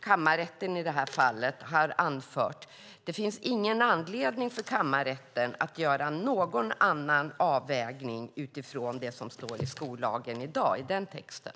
Kammarrätten har i detta fall anfört att det inte finns någon anledning för kammarrätten att göra någon annan avvägning utifrån det som står i skollagen i dag, i den texten.